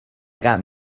got